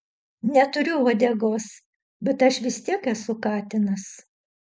neturiu uodegos bet aš vis tiek esu katinas